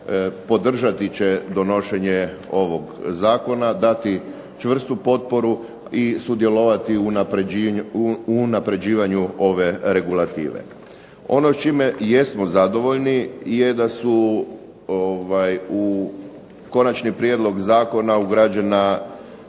podržati će donošenje ovog zakona, dati čvrstu potporu i sudjelovati u unapređivanju ove regulative. Ono čime jesmo zadovoljni, je da su u konačni prijedlog zakona ugrađena